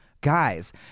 guys